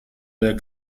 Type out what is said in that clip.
der